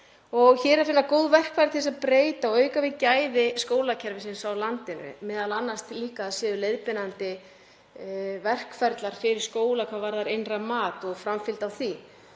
og hér er að finna góð verkfæri til að breyta og auka við gæði skólakerfisins í landinu, m.a. að það séu til leiðbeinandi verkferlar fyrir skóla hvað varðar innra mat og framfylgd á því.